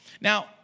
Now